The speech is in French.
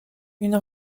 une